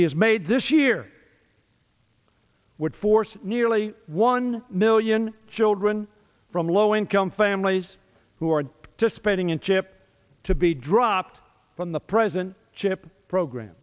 he has made this year would force nearly one million children from low income families who are to spending in chip to be dropped from the present chip program